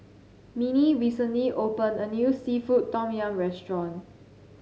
Minnie recently opened a new seafood Tom Yum restaurant